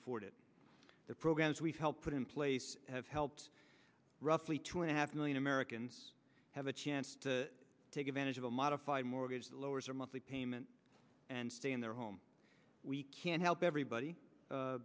afford it the programs we've helped put in place have helped roughly two and a half million americans have a chance to take advantage of a modified mortgage that lowers their monthly payment and stay in their home we can't help everybody